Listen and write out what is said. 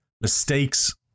Mistakes